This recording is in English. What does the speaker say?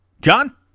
John